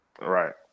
Right